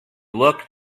looked